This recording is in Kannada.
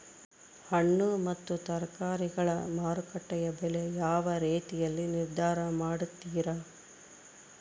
ಹಣ್ಣು ಮತ್ತು ತರಕಾರಿಗಳ ಮಾರುಕಟ್ಟೆಯ ಬೆಲೆ ಯಾವ ರೇತಿಯಾಗಿ ನಿರ್ಧಾರ ಮಾಡ್ತಿರಾ?